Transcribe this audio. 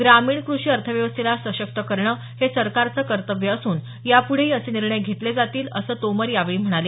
ग्रामीण कृषी अर्थव्यवस्थेला सशक्त करणं हे सरकारचं कर्तव्य असून यापुढेही असे निर्णय घेतले जातील असं तोमर यावेळी म्हणाले